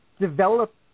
develop